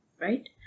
right